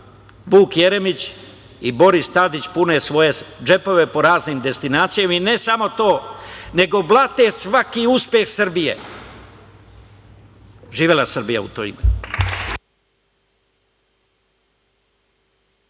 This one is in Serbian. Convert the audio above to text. Vuk Jeremić i Boris Tadić pune svoje džepove po raznim destinacijama i ne samo to, nego blate svaki uspeh Srbije. Živela Srbija u to ime.